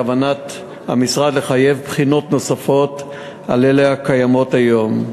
בכוונת המשרד לחייב בחינות נוספות על אלה הקיימות היום,